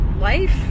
life